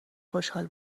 خوشحال